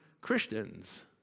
Christians